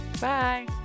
Bye